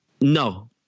No